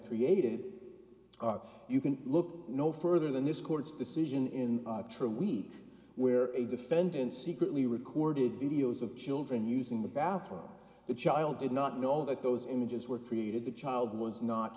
created you can look no further than this court's decision in true week where a defendant secretly recorded videos of children using the bathroom the child did not know that those images were created the child was not